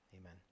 Amen